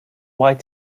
wild